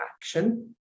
action